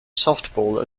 softball